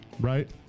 Right